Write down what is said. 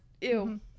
ew